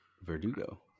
Verdugo